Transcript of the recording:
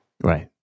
Right